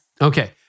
Okay